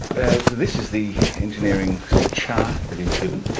this is the engineering sort of chart that he has given,